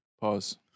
Pause